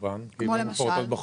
כמו למשל?